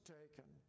taken